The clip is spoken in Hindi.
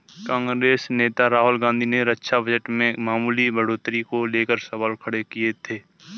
कांग्रेस नेता राहुल गांधी ने रक्षा बजट में मामूली बढ़ोतरी को लेकर सवाल खड़े किए थे